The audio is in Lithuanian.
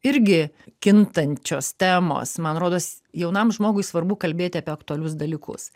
irgi kintančios temos man rodos jaunam žmogui svarbu kalbėti apie aktualius dalykus